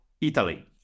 Italy